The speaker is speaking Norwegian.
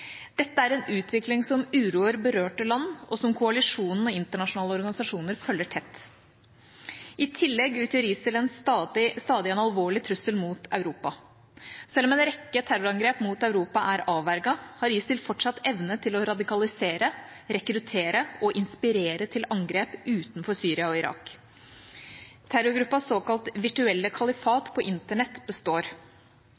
Dette er en utvikling som uroer berørte land, og som koalisjonen og internasjonale organisasjoner følger tett. I tillegg utgjør ISIL stadig en alvorlig trussel mot Europa. Selv om en rekke terrorangrep mot Europa er avverget, har ISIL fortsatt evne til å radikalisere, rekruttere og inspirere til angrep utenfor Syria og Irak. Terrorgruppas såkalte virtuelle